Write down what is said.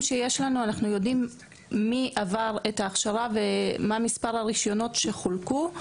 אנחנו יודעים שיש היום כבר מעל עשרה תחומי מומחיות קלינית שבהם אחיות,